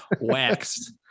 waxed